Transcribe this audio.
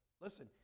Listen